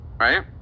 right